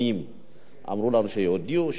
אמרו לנו שהודיעו, שוויוניים.